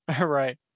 right